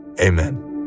amen